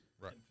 Right